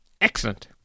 Excellent